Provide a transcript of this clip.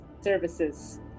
Services